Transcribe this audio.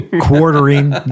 quartering